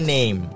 Name